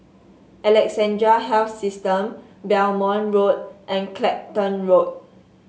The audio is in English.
Alexandra Health System Belmont Road and Clacton Road